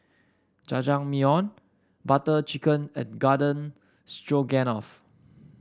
Jajangmyeon Butter Chicken and Garden Stroganoff